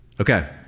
Okay